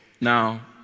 Now